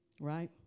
right